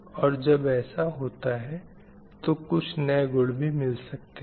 और जब ऐसा होता है तो कुछ नए गुण भी मिल सकते हैं